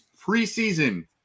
preseason